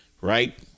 right